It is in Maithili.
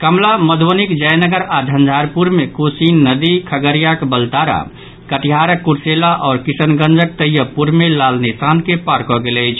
कमला मधुबनीक जयनगर आओर झंझारपुर मे कोसी नदी खगड़ियाक बलतारा कटिहारक कुर्सेला आओर किशनगंजक तैएबपुर मे लाल निशान के पार कऽ गेल अछि